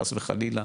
חס וחלילה,